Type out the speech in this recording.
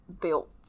built